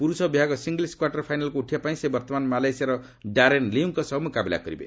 ପୁରୁଷ ବିଭାଗ ସିଙ୍ଗଲ୍ସ୍ର କ୍ୱାର୍ଟର୍ ଫାଇନାଲ୍କୁ ଉଠିବାପାଇଁ ସେ ବର୍ତ୍ତମାନ ମାଲୟେସିଆର ଡାରେନ୍ ଲିଉଙ୍କ ସହ ମୁକାବିଲା କରିବେ